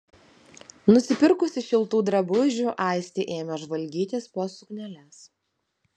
nusipirkusi šiltų drabužių aistė ėmė žvalgytis po sukneles